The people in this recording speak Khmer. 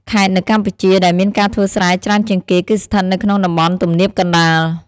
ខេត្តនៅកម្ពុជាដែលមានការធ្វើស្រែច្រើនជាងគេ គឺស្ថិតនៅក្នុងតំបន់ទំនាបកណ្តាល។